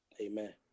Amen